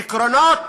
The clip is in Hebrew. עקרונות,